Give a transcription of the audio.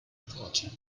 pot